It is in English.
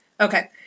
Okay